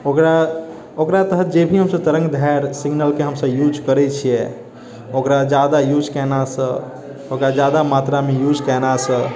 ओकरा ओकरा तहत जेभी हम सभ तरङ्गधैर्घ्य सिगनलके हम सभ यूज करैत छियै ओकरा जादा यूज केलासँ ओकरा जादा मात्रामे यूज केलासँ